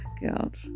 God